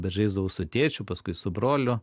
bet žaisdavau su tėčiu paskui su broliu